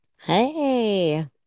Hey